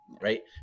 right